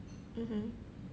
mmhmm